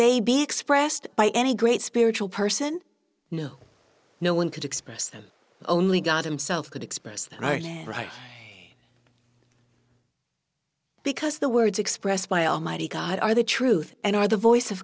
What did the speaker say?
they be expressed by any great spiritual person no no one could express them only god himself could express right here right because the words expressed by almighty god are the truth and are the voice of